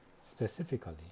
specifically